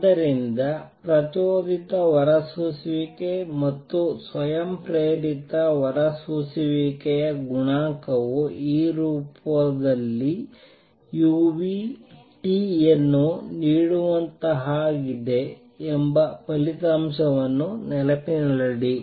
ಆದ್ದರಿಂದ ಪ್ರಚೋದಿತ ಹೊರಸೂಸುವಿಕೆ ಮತ್ತು ಸ್ವಯಂಪ್ರೇರಿತ ಹೊರಸೂಸುವಿಕೆಯ ಗುಣಾಂಕವು ಈ ರೂಪದಲ್ಲಿ uTಯನ್ನು ನೀಡುವಂತಹದ್ದಾಗಿದೆ ಎಂಬ ಈ ಫಲಿತಾಂಶವನ್ನು ನೆನಪಿನಲ್ಲಿಡಿ